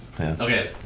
Okay